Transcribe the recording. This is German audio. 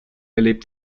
erlebt